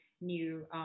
new